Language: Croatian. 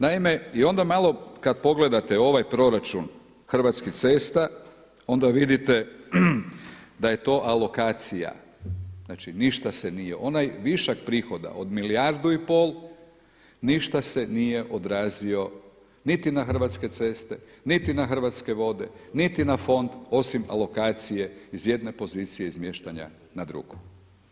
Naime, i onda malo kad pogledate ovaj proračun Hrvatskih cesta onda vidite da je to alokacija, znači ništa se nije, onaj višak prihoda od 1,5 milijardu ništa se nije odrazio niti na Hrvatske ceste, niti na Hrvatske vode, niti na fond osim alokacije iz jedne pozicije izmještanja na drugo.